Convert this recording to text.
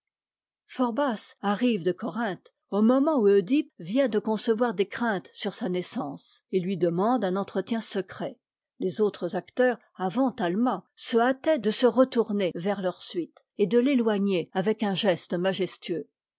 phorbas arrive de corinthe au moment où oedipe vient de concevoir des craintes sur sa naissance il lui demande un entretien secret les autres'acteurs avant talma se hâtaient de se retourner vers leur suite et de l'éloigner avec un geste majestueux